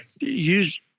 Use